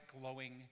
glowing